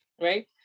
right